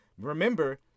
remember